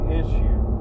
issue